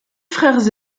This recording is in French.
frères